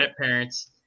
parents